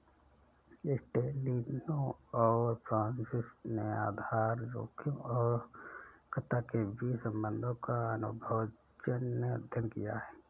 एस्टेलिनो और फ्रांसिस ने आधार जोखिम और परिपक्वता के बीच संबंधों का अनुभवजन्य अध्ययन किया